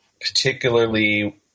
particularly